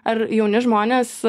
ar jauni žmonės